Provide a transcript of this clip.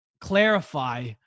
clarify